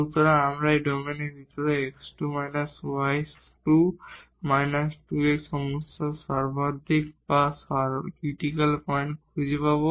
সুতরাং আমরা এই ডোমেইনের ভিতরে x2 − y2−2 x সমস্যার সর্বাধিক বা ক্রিটিকাল পয়েন্ট খুঁজে পাব